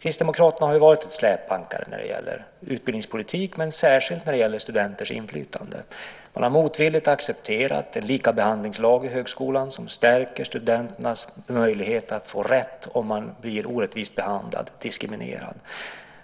Kristdemokraterna har varit ett släpankare när det gäller utbildningspolitik men särskilt när det gäller studenters inflytande. Man har motvilligt accepterat en lag om likabehandling i högskolan som stärker studenternas möjlighet att få rätt om man blir orättvist behandlad, diskriminerad.